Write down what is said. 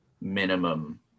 minimum